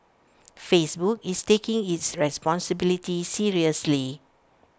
Facebook is taking its responsibility seriously